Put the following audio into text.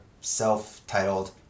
self-titled